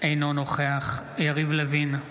אינו נוכח יריב לוין,